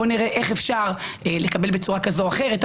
נראה איך אפשר לטפל בצורה זו או אחרת,